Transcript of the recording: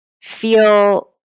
feel